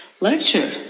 lecture